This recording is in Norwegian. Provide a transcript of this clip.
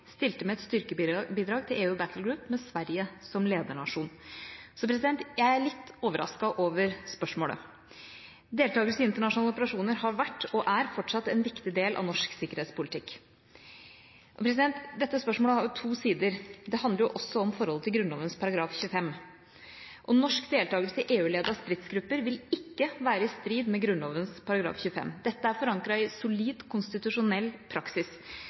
stilte med et styrkebidrag til EU Battle Group med Sverige som ledernasjon, så jeg er litt overrasket over spørsmålet. Deltakelse i internasjonale operasjoner har vært og er fortsatt en viktig del av norsk sikkerhetspolitikk. Dette spørsmålet har to sider. Det handler også om forholdet til Grunnloven § 25. Norsk deltakelse i EU-ledede stridsgrupper vil ikke være i strid med Grunnloven § 25. Dette er forankret i solid konstitusjonell praksis.